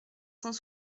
cent